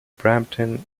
brampton